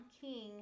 King